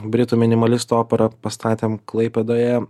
britų minimalistų operą pastatėm klaipėdoje